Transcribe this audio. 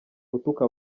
gutuka